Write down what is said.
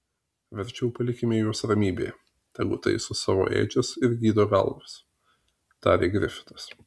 verčiau palikime juos ramybėje tegu taiso savo ėdžias ir gydo galvas tarė grifitas